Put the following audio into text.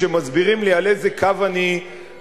שמסבירים לי על איזה קו אני נמצא,